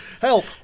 Help